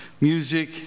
music